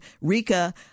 Rika